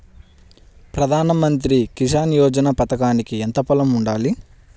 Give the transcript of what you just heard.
ప్రధాన మంత్రి కిసాన్ యోజన పథకానికి ఎంత పొలం ఉండాలి?